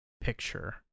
picture